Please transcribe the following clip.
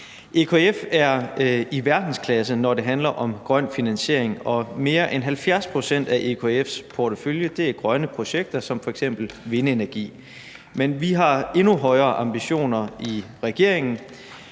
EKF er i verdensklasse, når det handler om grøn finansiering, og mere end 70 pct. af EKF's portefølje er grønne projekter som f.eks. vindenergi. Men vi har endnu større ambitioner i regeringen,